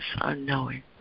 unknowing